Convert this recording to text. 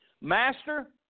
Master